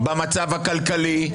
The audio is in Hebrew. במצב הכלכלי,